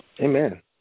Amen